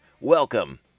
Welcome